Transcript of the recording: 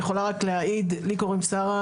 לי קוראים שרה,